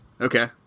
Okay